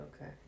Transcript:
okay